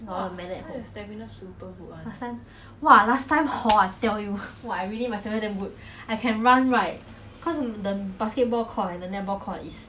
我跑 err netball and basketball court twenty rounds hor 没有 stop 的 leh 累 lah but 真的是没有 stop 的 leh